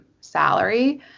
salary